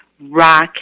rock